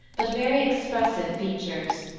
but very expressive features.